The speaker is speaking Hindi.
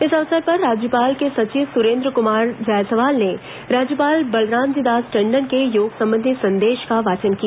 इस अवसर पर राज्यपाल के संचिव सुरेन्द्र कुमार जायसवाल ने राज्यपाल बलरामजी दास टंडन के योग संबंधी संदेश का वाचन किया